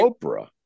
oprah